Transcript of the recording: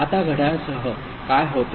आता घड्याळासह काय होते